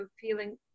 feeling